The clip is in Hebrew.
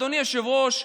אדוני היושב-ראש,